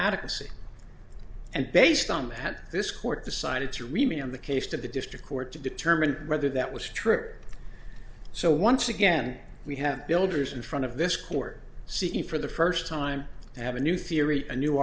adequacy and based on that had this court decided to remain on the case to the district court to determine whether that was true or so once again we have builders in front of this court seeing for the first time they have a new theory a new